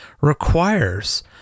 requires